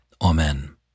Amen